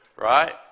Right